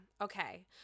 Okay